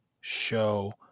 show